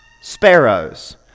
sparrows